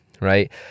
Right